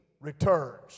returns